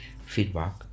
feedback